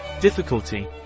difficulty